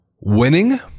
winning